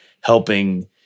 helping